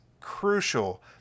crucial